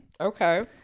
Okay